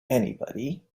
anybody